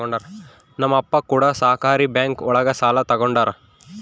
ನಮ್ ಅಪ್ಪ ಕೂಡ ಸಹಕಾರಿ ಬ್ಯಾಂಕ್ ಒಳಗ ಸಾಲ ತಗೊಂಡಾರ